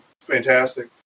fantastic